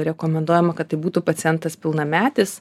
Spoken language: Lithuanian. rekomenduojama kad tai būtų pacientas pilnametis